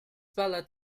ballad